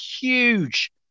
huge